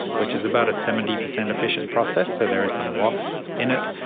which is about a seventy percent efficient process, so there is some loss in it,